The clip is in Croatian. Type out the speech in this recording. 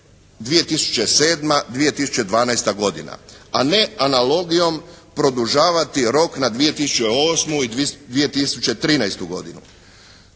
2007.-2012. godina. A ne analogijom produžavati rok na 2008. i 2013. godinu.